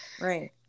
right